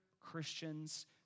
Christians